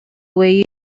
way